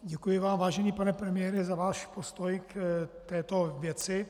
Děkuji vám, vážený pane premiére, za váš postoj k této věci.